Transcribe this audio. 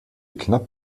knapp